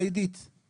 אדוני היושב ראש,